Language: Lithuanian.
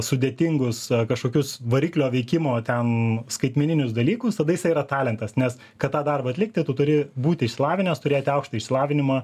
sudėtingus kažkokius variklio veikimo ten skaitmeninius dalykus tada jisai yra talentas nes kad tą darbą atlikti tu turi būti išsilavinęs turėti aukštąjį išsilavinimą